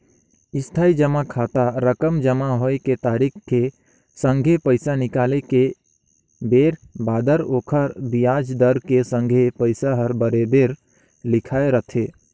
इस्थाई जमा खाता रकम जमा होए के तारिख के संघे पैसा निकाले के बेर बादर ओखर बियाज दर के संघे पइसा हर बराबेर लिखाए रथें